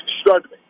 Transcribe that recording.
struggling